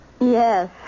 Yes